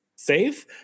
Safe